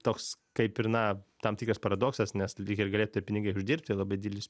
toks kaip ir na tam tikras paradoksas nes lyg ir galėtų tie pinigai uždirbti labai didelis